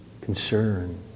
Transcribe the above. concern